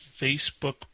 facebook